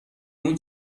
اون